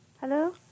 Hello